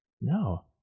No